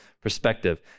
perspective